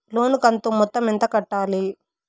లోను కంతు మొత్తం ఎంత కట్టాలి?